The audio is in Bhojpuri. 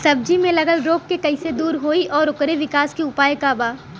सब्जी में लगल रोग के कइसे दूर होयी और ओकरे विकास के उपाय का बा?